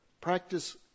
Practice